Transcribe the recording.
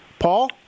Paul